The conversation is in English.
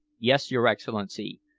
yes, your excellency.